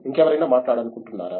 ఇంకెవరైనా మాట్లాడాలనుకుంటున్నారా